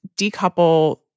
decouple